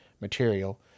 material